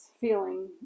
feeling